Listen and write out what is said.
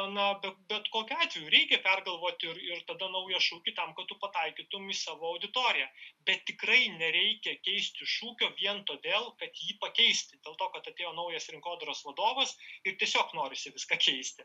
na bet bet kokiu atveju reikia pergalvoti ir ir tada naują šūkį tam kad tu pataikytum į savo auditoriją bet tikrai nereikia keisti šūkio vien todėl kad jį pakeisti dėl to kad atėjo naujas rinkodaros vadovas ir tiesiog norisi viską keisti